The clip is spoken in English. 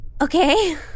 Okay